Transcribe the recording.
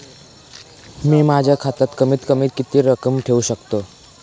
मी माझ्या खात्यात कमीत कमी किती रक्कम ठेऊ शकतो?